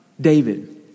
David